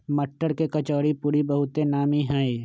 मट्टर के कचौरीपूरी बहुते नामि हइ